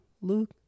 luke